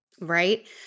Right